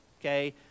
okay